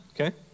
Okay